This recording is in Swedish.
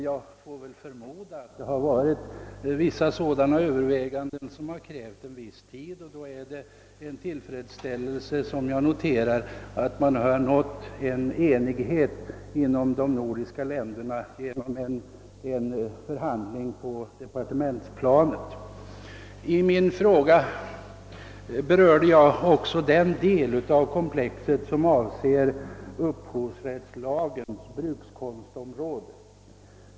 Jag förmodar emellertid att det skett överväganden som krävt en viss tid, och det är med tillfredsställelse jag noterar att enighet uppnåtts mellan de nordiska länderna efter förhandlingar på departementsplanet. I mina frågor berörde jag även den del av detta komplex som avser upphovsrättslagens brukskonstområde.